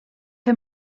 her